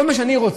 כל מה שאני רוצה,